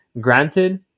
Granted